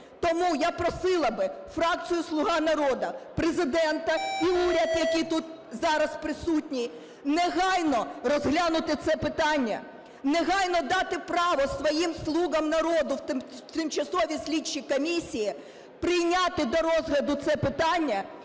Тому я просила би фракцію "Слуги народу", Президента і уряд, який тут зараз присутній, негайно розглянути це питання, негайно дати право своїм "слугам народу" в тимчасовій слідчій комісії прийняти до розгляду це питання